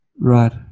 Right